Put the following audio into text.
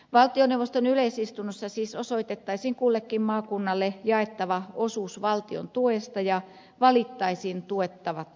valtioneuvoston yleisistunnossa siis osoitettaisiin kullekin maakunnalle jaettava osuus valtion tuesta ja valittaisiin tuettavat hankkeet